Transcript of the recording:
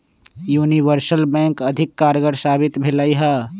universal bank अधिक कारगर साबित भेलइ ह